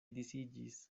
disiĝis